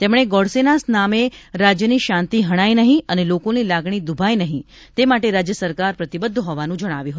તેમણે ગોડસેના નામે રાજયની શાંતિ હણાય નહી અને લોકોની લાગણી દુભાય નહિ તે માટે રાજ્ય સરકાર પ્રતિબધ્ધ હોવાનું જણાવ્યું હતું